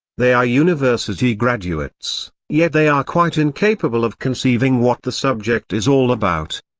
they are university graduates, yet they are quite incapable of conceiving what the subject is all about.